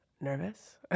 nervous